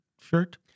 shirt